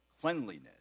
cleanliness